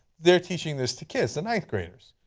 they are teaching this to kids, to ninth graders.